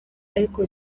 ariko